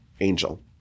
angel